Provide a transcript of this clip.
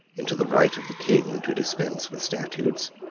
into the right of the king to dispense with statutes,